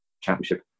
championship